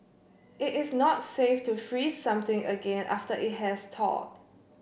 it is not safe to freeze something again after it has thawed